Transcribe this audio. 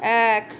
এক